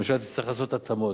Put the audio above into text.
הממשלה תצטרך לעשות התאמות.